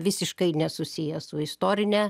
visiškai nesusiję su istorine